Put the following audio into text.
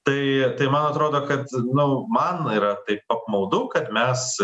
tai tai man atrodo kad nu man yra taip apmaudu kad mes